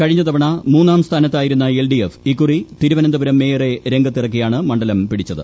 കഴിഞ്ഞ തവണ മൂന്നാം സ്ഥാനത്തായിരുന്ന എൽഡിഎഫ് ഇക്കുറി തിരുവനന്തപുരം മേയറെ രംഗത്തിറക്കിയാണ് മണ്ഡലം പിടിച്ചത്